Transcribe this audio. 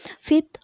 Fifth